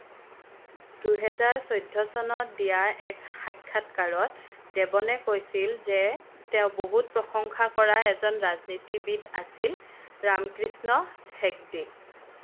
দুহেজাৰ চৈধ্য চনত দিয়া এক সাক্ষাৎকাৰত দেৱনে কৈছিল যে তেওঁ বহুত প্ৰশংসা কৰা এজন ৰাজনীতিবিদ আছিল ৰামকৃষ্ণ হেগদে